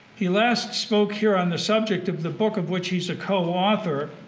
he last spoke here on the subject of the book of which he is a co-author,